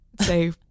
say